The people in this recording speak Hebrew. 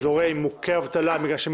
שמוגדרות אזורים מוכי אבטלה בגלל שהן